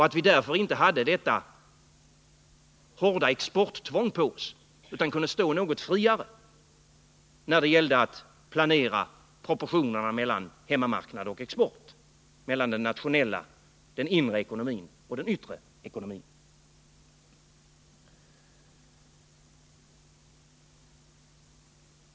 Härigenom skulle man slippa det hårda exporttvång som vi nu har på oss, och man skulle stå något friare när det gäller att avväga proportionerna mellan hemmamarknad och exportindustri, mellan den inre ekonomin och den yttre.